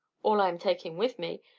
all i am taking with me.